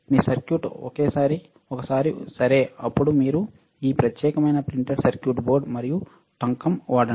మీ circuit ఒకసారి సరే అప్పుడు మీరు ఈ ప్రత్యేకమైన ప్రింటెడ్ సర్క్యూట్ బోర్డ్ మరియు టంకము వాడండి